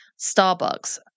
Starbucks